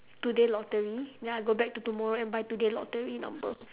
today lottery then I go back to tomorrow and buy today lottery number